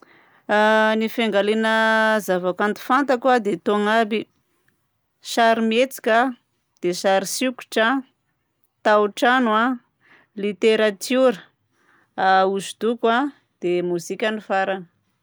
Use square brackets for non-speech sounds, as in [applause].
Ny fiangaliagna zavakanto fantako a dia itony aby: sarimihetsika, dia sarisikotra, taotrano a, literatiora, [hesitation] hosodoko a, dia mozika ny farany.